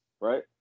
right